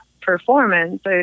performance